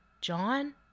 John